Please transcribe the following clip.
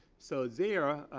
so there,